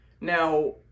Now